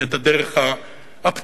את הדרך הפתלתלה,